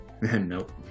Nope